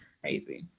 crazy